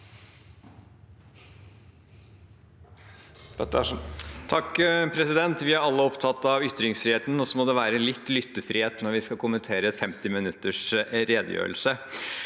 (H) Vi er alle opptatt av ytringsfriheten, og så må det være litt lyttefrihet når vi skal kommentere en 50 minutters redegjørelse.